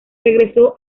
regresó